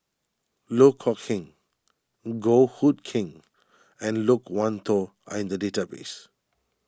Loh Kok Heng Goh Hood Keng and Loke Wan Tho are in the database